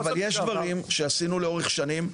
אבל יש דברים שעשינו לאורך שנים,